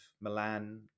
Milan